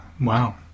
Wow